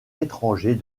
étranger